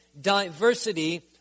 diversity